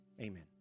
Amen